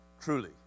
Truly